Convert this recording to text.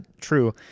true